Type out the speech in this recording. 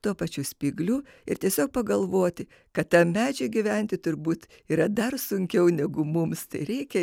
tuo pačiu spyglių ir tiesiog pagalvoti kad tam medžiui gyventi turbūt yra dar sunkiau negu mums tai reikia